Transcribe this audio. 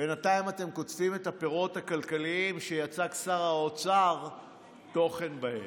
בינתיים אתם קוטפים את הפירות הכלכליים שיצק שר האוצר תוכן בהם.